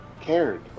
cared